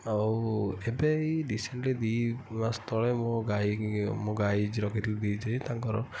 ଆଉ ଏବେ ଏଇ ରିସେଣ୍ଟ ଦୁଇ ମାସ ତଳେ ମୋ ଗାଈ ମୋ ଗାଈ ଯେ ରଖିଥିଲେ ତାଙ୍କର